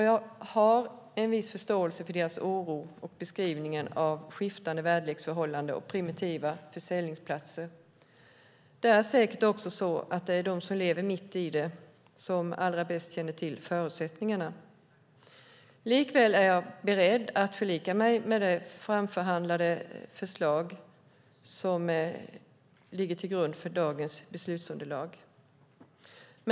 Jag har viss förståelse för deras oro och beskrivningar av skiftande väderleksförhållande och primitiva försäljningsplatser. Det är säkert också så att det är de som lever mitt i det som allra bäst känner till förutsättningarna. Likväl är jag beredd att förlika mig med det framförhandlade förslag som ligger till grund för dagens beslutsunderlag.